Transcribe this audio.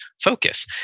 focus